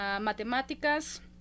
matemáticas